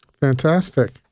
fantastic